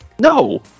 No